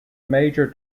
major